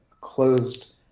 closed